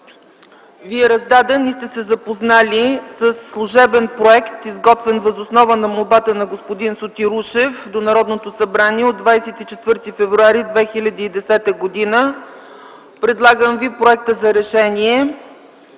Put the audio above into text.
ви е раздаден и сте се запознали със служебен проект, изготвен въз основа на молбата на господин Сотир Ушев до Народното събрание, от 24 февруари 2010 г. Предлагам ви проекта за решение: